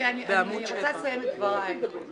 רוצה לסיים את דבריי.